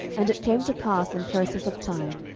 and it came to pass in process of time,